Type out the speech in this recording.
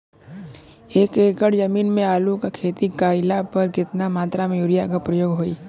एक एकड़ जमीन में आलू क खेती कइला पर कितना मात्रा में यूरिया क प्रयोग होई?